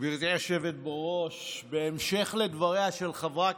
גברתי היושבת-ראש, בהמשך לדבריה של חברת